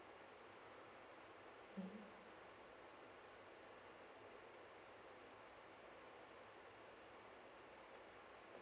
mm